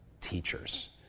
teachers